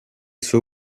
suo